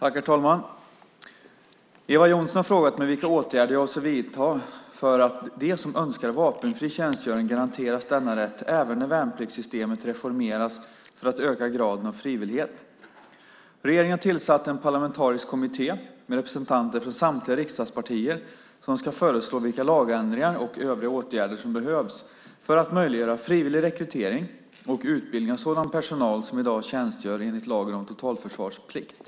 Herr talman! Eva Johnsson har frågat mig vilka åtgärder jag avser att vidta för att de som önskar vapenfri tjänstgöring garanteras denna rätt även när värnpliktssystemet reformeras för att öka graden av frivillighet. Regeringen har tillsatt en parlamentarisk kommitté med representanter från samtliga riksdagspartier som ska föreslå vilka lagändringar och övriga åtgärder som behövs för att möjliggöra frivillig rekrytering och utbildning av sådan personal som i dag tjänstgör enligt lagen om totalförsvarsplikt.